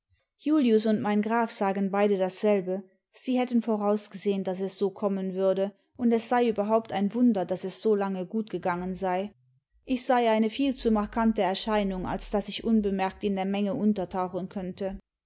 julius und mein graf sagen beide dasselbe sie hätten vorausgesehen daß es so kommen würde und es sei überhaupt ein wunder daß es so lange gut gegangen sei ich sei eine viel zu markante erscheinung als daß ich unbemerkt in der menge untertauchen könnte